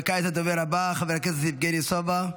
כעת הדובר הבא, חבר הכנסת יבגני סובה,